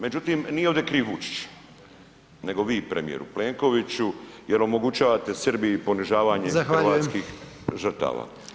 Međutim, nije ovdje kriv Vučić, nego vi premijeru Plenkoviću jer omogućavate Srbije ponižavanje hrvatskih [[Upadica: Zahvaljujem.]] žrtava.